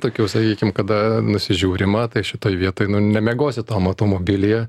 tokių sakykim kada nusižiūrima tai šitoj vietoj nu nemiegosi tam automobilyje